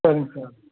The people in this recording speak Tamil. சரிங்க சார்